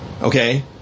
Okay